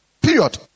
Period